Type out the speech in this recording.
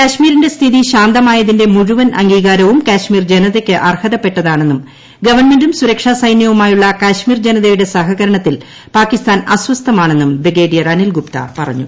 കാശ്മീരിന്റെ സ്ഥിതി ശാന്തമായതിന്റെ മുഴുവൻ അംഗീകാരവും കശ്മീർ ജനതയ്ക്ക് അർഹതപ്പെട്ടതാണെന്നും ഗവൺമെന്റും സുരക്ഷാസൈന്യവുമായുള്ള കാശ്മീർ ജനതയുടെ സഹകരണത്തിൽ പാകിസ്ഥാൻ അസ്വസ്ഥമാണെന്നും ബ്രിഗേഡിയർ അനിൽ ഗുപ്ത പറഞ്ഞു